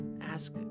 ask